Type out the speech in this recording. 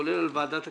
כולל על ועדת הכספים,